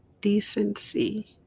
decency